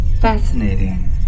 fascinating